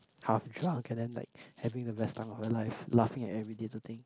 half drunk and then like having the best time of their life laughing at every little thing